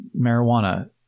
marijuana